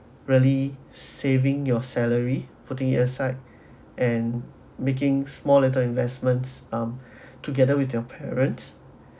really saving your salary putting it aside and making small little investments um together with your parents